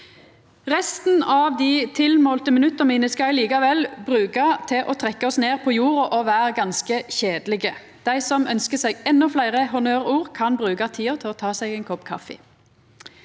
Resten av dei tilmålte minutta mine skal eg likevel bruka til å trekkja oss ned på jorda og vera ganske kjedeleg. Dei som ønskjer seg endå fleire honnørord, kan bruka tida til å ta seg ein kopp kaffi.